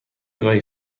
گاهی